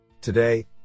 Today